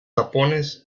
tapones